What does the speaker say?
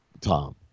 Tom